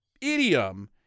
idiom